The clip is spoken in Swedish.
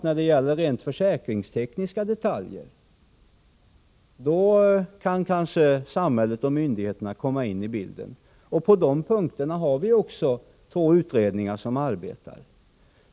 När det gäller rent försäkringstekniska detaljer kan samhället och myndigheterna kanske komma in i bilden. Två utredningar arbetar f. n. med dessa frågor.